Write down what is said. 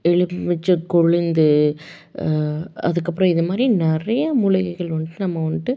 எலுமிச்சை கொழுந்து அதுக்கப்புறம் இதமாதிரி நிறையா மூலிகைகள் வந்துட்டு நம்ம வந்துட்டு